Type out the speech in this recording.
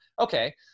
okay